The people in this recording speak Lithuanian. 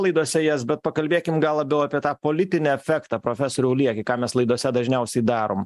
laidose jas bet pakalbėkim gal labiau apie tą politinę efektą profesoriau lieki ką mes laidose dažniausiai darom